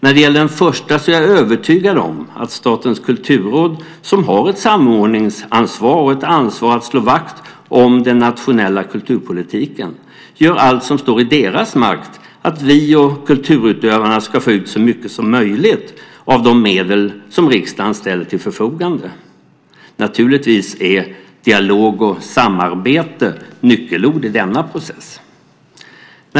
När det gäller den första är jag övertygad om att Statens kulturråd, som har ett samordningsansvar och ett ansvar att slå vakt om den nationella kulturpolitiken, gör allt som står i deras makt att vi och kulturutövarna ska få ut så mycket som möjligt av de medel som riksdagen ställer till förfogande. Naturligtvis är dialog och samarbete nyckelord i denna process.